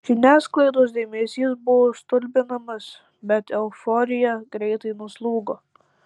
žiniasklaidos dėmesys buvo stulbinamas bet euforija greitai nuslūgo